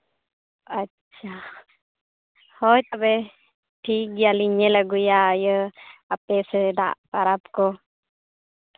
ᱟᱪᱪᱷᱟ ᱦᱳᱭ ᱛᱚᱵᱮ ᱴᱷᱤᱠᱜᱮᱭᱟ ᱞᱤᱧ ᱧᱮᱞ ᱟᱹᱜᱩᱭᱟ ᱤᱭᱟᱹ ᱟᱯᱮ ᱥᱮᱫᱟᱜ ᱯᱟᱨᱟᱵᱽ ᱠᱚ